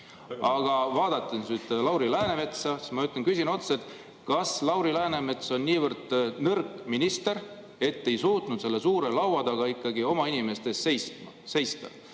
Aga vaadates nüüd Lauri Läänemetsa, siis ma küsin otse, kas Lauri Läänemets on niivõrd nõrk minister, et ei suutnud selle suure laua taga ikkagi oma inimeste eest seista,